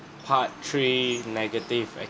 part three negative experiences